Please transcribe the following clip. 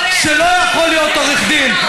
שלא יכול להיות עורך דין.